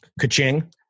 ka-ching